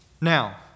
Now